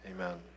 amen